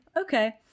okay